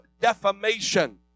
defamation